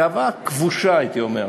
גאווה כבושה, הייתי אומר.